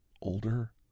older